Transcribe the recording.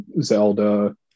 Zelda